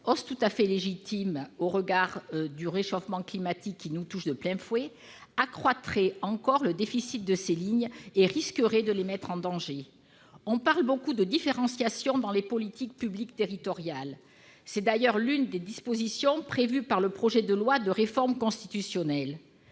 kérosène, tout à fait légitime en raison du réchauffement climatique qui nous touche de plein fouet, accroîtrait encore le déficit de ces lignes et risquerait de les mettre en danger. On parle beaucoup de différenciation dans les politiques publiques territoriales. C'est d'ailleurs l'une des dispositions prévues par le projet de loi de réforme constitutionnelle.